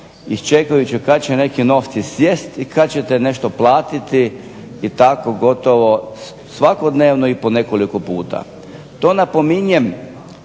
iščekujući kad će neki novci sjesti i kad ćete nešto platiti i tako gotovo svakodnevno i po nekoliko puta. To napominjem